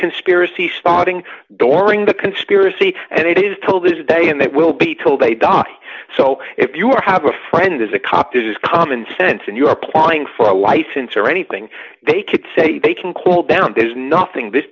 conspiracy spotting doring the conspiracy and it is till this day and they will be till they die so if you or have a friend as a cop it is common sense and you're applying for a license or anything they could say they can cool down there's nothing